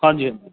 ਹਾਂਜੀ ਹਾਂਜੀ